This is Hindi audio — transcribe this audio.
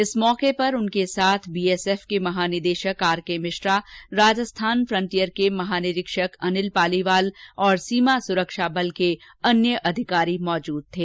इस अवसर पर उनके साथ बीएसएफ के महानिदेशक R K Mishra Rajasthan frontier के महानिरीक्षक अनिल पालीवाल और सीमा सुरक्षा बल के अन्य अधिकारी मौजूद थे